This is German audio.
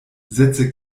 setze